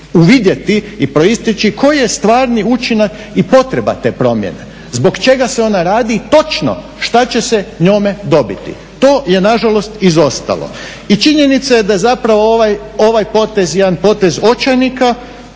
uvidjeti i proisteći koji je stvarni učinak i potreba te promjene, zbog čega se ona radi i točno što će se njome dobiti. To je nažalost izostalo. I činjenica je da je zapravo ovaj potez jedan potez očajnika